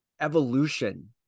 evolution